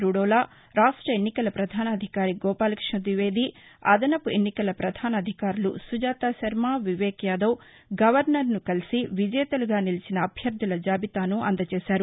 రుడోలా రాష్ట ఎన్నికల ప్రధానాధికారి గోపాలకృష్ణ ద్వివేది అదనపు ఎన్నికల ప్రధాన అధికారులు సుజాతశర్మ వివేక్ యాదవ్ గవర్నర్ను కలిసి విజేతలుగా నిలిచిన అభ్యర్థుల జాబితాను అందజేశారు